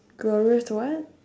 glorious what